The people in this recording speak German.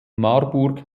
marburg